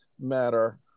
matter